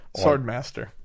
Swordmaster